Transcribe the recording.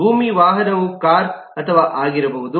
ಭೂಮಿ ವಾಹನವು ಕಾರು ಅಥವಾ ಆಗಿರಬಹುದು